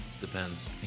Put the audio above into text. Depends